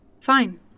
Fine